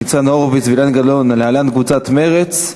ניצן הורוביץ ואילן גילאון, להלן: קבוצת סיעת מרצ,